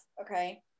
okay